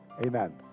Amen